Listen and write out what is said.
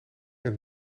het